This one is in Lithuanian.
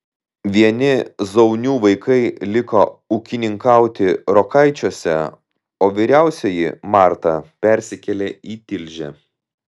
vieni zaunių vaikai liko ūkininkauti rokaičiuose o vyriausioji marta persikėlė į tilžę